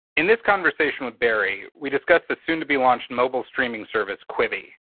in this conversation with barry, we discuss the soon to be launched mobile streaming service quibi.